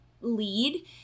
lead